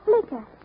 Flicker